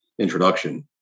introduction